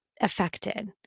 affected